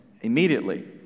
immediately